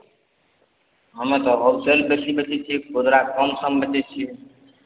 हमे तऽ होलसेल बेसी बेचै छियै खुदरा कम सम बेचै छियै